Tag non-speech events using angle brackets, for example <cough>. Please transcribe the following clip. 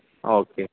okay <unintelligible>